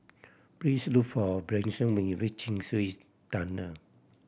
please look for Branson when you reach Chin Swee Dunnel